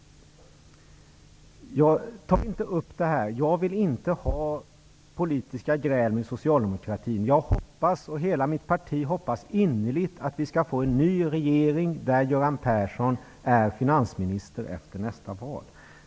Jag vill inte ha politiska gräl med socialdemokratin. Jag och hela mitt parti hoppas innerligt att vi efter nästa val skall få en ny regering, där Göran Persson är finansminister.